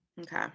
okay